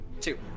Two